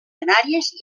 canàries